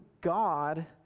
God